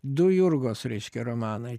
du jurgos reiškia romanai